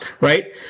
right